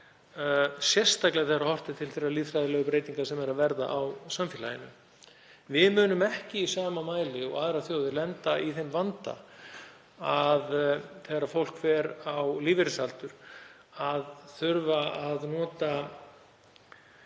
sérstaklega þegar horft er til þeirra lýðfræðilegu breytinga sem eru að verða á samfélaginu. Við munum ekki í sama mæli og aðrar þjóðir lenda í þeim vanda þegar fólk fer á lífeyrisaldur að þurfa að nota